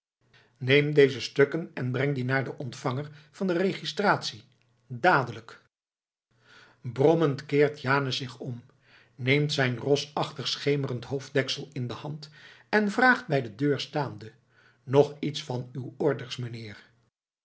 neem deze stukken en breng die naar den ontvanger van de registratie dadelijk brommend keert janus zich om neemt zijn rosachtig schemerend hoofddeksel in de hand en vraagt bij de deur staande nog iets van uw orders meneer